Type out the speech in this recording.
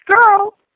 girl